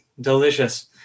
delicious